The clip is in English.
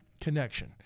connection